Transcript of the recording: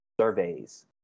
surveys